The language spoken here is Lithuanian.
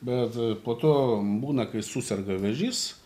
bet po to būna kai suserga vėžys